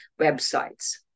websites